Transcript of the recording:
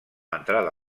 entrada